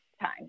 time